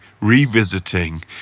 revisiting